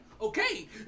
okay